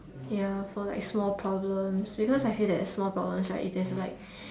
ya so like small problems because I feel like small problems right if there's like